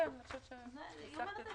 יש מועדים מאוד מהותיים,